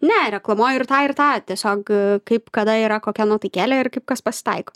ne reklamuoju ir tą ir tą tiesiog kaip kada yra kokia nuotaikėlė ir kaip kas pasitaiko